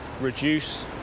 reduce